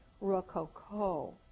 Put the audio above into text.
Rococo